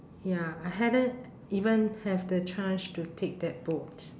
ya I hadn't even have the chance to take that boat